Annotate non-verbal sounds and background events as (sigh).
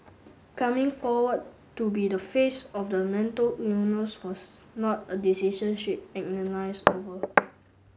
coming forward to be the face of the mental illness was not a decision she agonised over (noise)